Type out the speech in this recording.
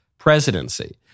presidency